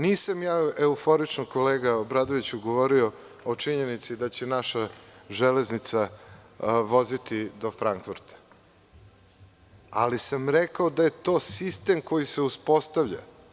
Nisam euforično, kolega Obradoviću, govorio o činjenici da će naša železnica voziti do Frankfurta, ali sam rekao da je to sistem koji se uspostavlja.